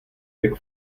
jak